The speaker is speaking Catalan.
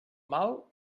mal